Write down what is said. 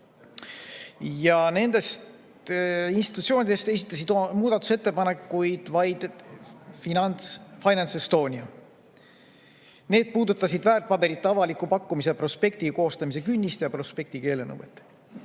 Nendest institutsioonidest esitas muudatusettepanekuid vaid FinanceEstonia. Need puudutasid väärtpaberite avaliku pakkumise prospekti koostamise künnist ja prospekti keelenõuet.